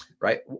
Right